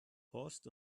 horst